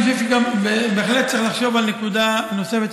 אני חושב שבהחלט צריך לחשוב על נקודה נוספת,